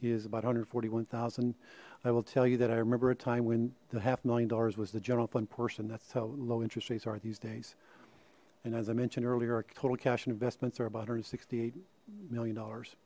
is about a hundred forty one thousand i will tell you that i remember a time when the half million dollars was the general fund portion that's so low interest rates are these days and as i mentioned earlier our total cash and investments are about hundred sixty eight million dollars